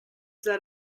that